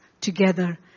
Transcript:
together